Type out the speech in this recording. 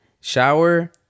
shower